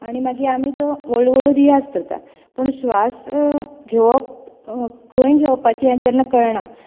आनी मागीर ते हळू हळू रियाज करता पूण श्वास घेवप खंय घेवपाचे हे कळना